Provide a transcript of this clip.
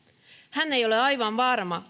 hän ei ole aivan varma